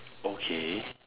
okay